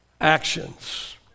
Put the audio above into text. actions